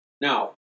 Now